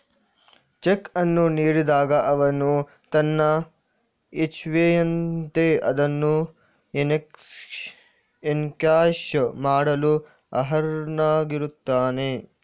check ಅನ್ನು ನೀಡಿದಾಗ ಅವನು ತನ್ನ ಇಚ್ಛೆಯಂತೆ ಅದನ್ನು ಎನ್ಕ್ಯಾಶ್ ಮಾಡಲು ಅರ್ಹನಾಗಿರುತ್ತಾನೆ